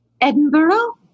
Edinburgh